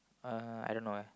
uh I don't know eh